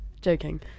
Joking